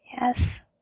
Yes